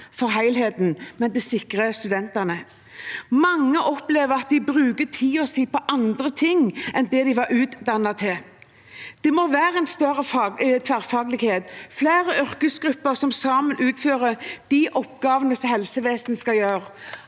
for helheten, men det sikrer studentene. Mange opplever at de bruker tiden sin på andre ting enn det de var utdannet til. Det må være større tverrfaglighet, flere yrkesgrupper som sammen utfører de oppgavene helsevesenet skal gjøre.